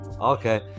Okay